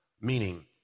Meaning